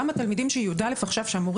גם התלמידים שעכשיו לומדים